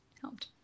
helped